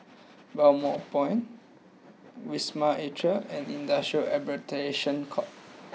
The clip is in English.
Balmoral Point Wisma Atria and Industrial Arbitration Court